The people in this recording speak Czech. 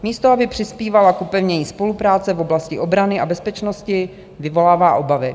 Místo aby přispívala k upevnění spolupráce v oblasti obrany a bezpečnosti, vyvolává obavy.